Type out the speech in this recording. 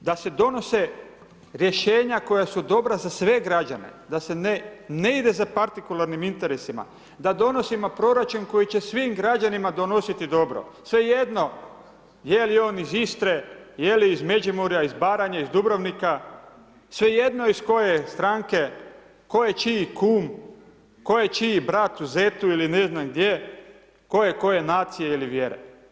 Umjesto da se odnose rješenja koja su dobra za sve građane, da se ne ide za partikularnim interesima, da donosimo proračun koji će svim građanima donositi dobro, svejedno je li on iz Istre, je li iz Međimurja, iz Baranje, iz Dubrovnika, svejedno iz koje je stranke, tko je čiji kum, tko je čiji brat, zet ili ne znam gdje, tko je koje nacije ili vjere.